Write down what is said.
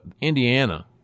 Indiana